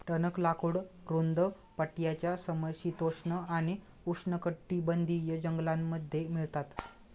टणक लाकूड रुंद पट्ट्याच्या समशीतोष्ण आणि उष्णकटिबंधीय जंगलांमध्ये मिळतात